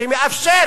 שמאפשר